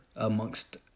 amongst